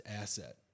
asset